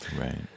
Right